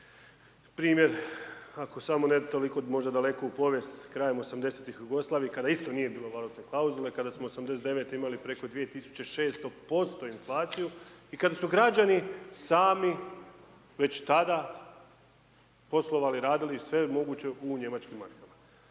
primjer ako samo ne toliko u povijest krajem 80-ih u Jugoslaviji kada isto nije bilo valutne klauzule, kada smo '89. imali preko 2600% inflaciju i kada su građani sami već tada poslovali, radili sve moguće u njemačkim markama.